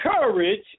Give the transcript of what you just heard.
courage